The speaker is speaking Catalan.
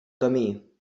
camí